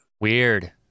weird